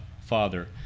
Father